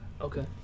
Okay